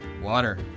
Water